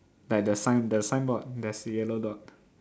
like the sign the signboard there's the yellow dot